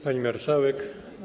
Pani Marszałek!